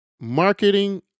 Marketing